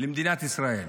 למדינת ישראל.